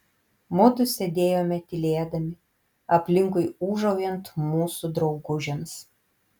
mudu sėdėjome tylėdami aplinkui ūžaujant mūsų draugužiams